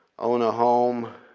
own a home,